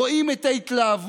רואים את ההתלהבות,